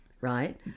Right